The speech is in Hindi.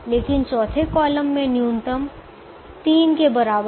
लेकिन चौथे कॉलम में कॉलम न्यूनतम 3 के बराबर है